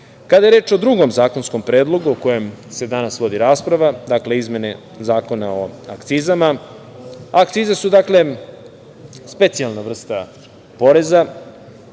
je reč o drugom zakonskom predlogu o kojem se danas vodi rasprava, dakle izmene Zakona o akcizama, akcize su specijalna vrsta poreza,